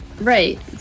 Right